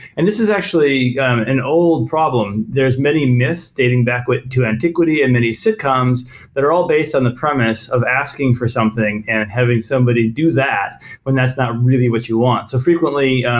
and this is actually an old problem. there's many myths dating back to antiquity in many sitcoms that are all based on the premise of asking for something and having somebody do that when that's not really what you want so frequently,